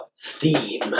theme